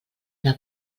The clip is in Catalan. una